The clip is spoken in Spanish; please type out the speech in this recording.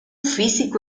físico